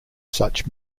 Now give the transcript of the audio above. such